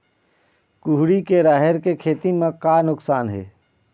कुहड़ी के राहेर के खेती म का नुकसान हे?